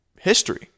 history